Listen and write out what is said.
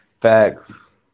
facts